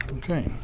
Okay